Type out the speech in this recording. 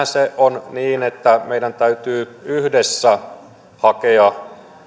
se on niin että meidän täytyy yhdessä hakea